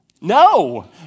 No